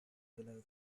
below